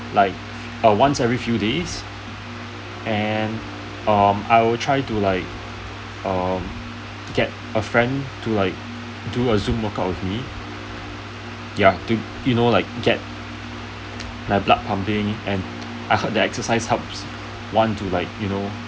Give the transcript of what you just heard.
like uh once every few days and um I'll try to like um get a friend to like do a zoom workout with me ya to you know like get my blood pumping and I heard that exercise help one to like you know